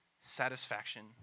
satisfaction